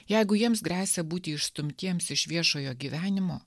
jeigu jiems gresia būti išstumtiems iš viešojo gyvenimo